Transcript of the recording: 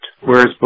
whereas